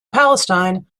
palestine